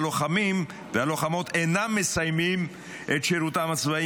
הלוחמים והלוחמות אינם מסיימים את שירותם הצבאי